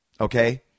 Okay